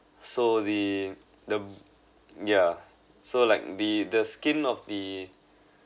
so they the yeah so like the the skin of the